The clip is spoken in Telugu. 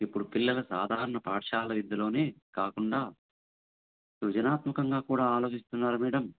ఇప్పుడు పిల్లల సాధారణ పాఠశాల విద్యలో కాకుండా సృజనాత్మకంగా కూడా ఆలోచిస్తున్నారు మేడం